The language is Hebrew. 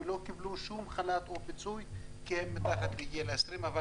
ולא קיבלו שום חל"ת או פיצוי כי הם מתחת לגיל 20. אבל